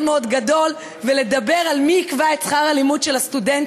מאוד גדול ולדבר על מי יקבע את שכר הלימוד של הסטודנטים.